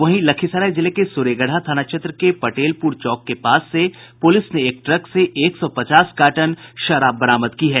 वहीं लखीसराय जिले के सूर्यगढ़ा थाना क्षेत्र के पटेलपुर चौक के पास से पुलिस ने एक ट्रक से एक सौ पचास कार्टन विदेशी शराब बरामद की है